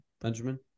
Benjamin